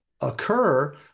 occur